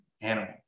animal